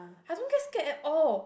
I don't get scared at all